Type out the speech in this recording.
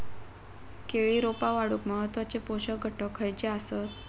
केळी रोपा वाढूक महत्वाचे पोषक घटक खयचे आसत?